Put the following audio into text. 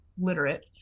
literate